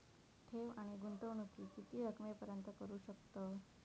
ठेव आणि गुंतवणूकी किती रकमेपर्यंत करू शकतव?